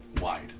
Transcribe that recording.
wide